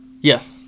Yes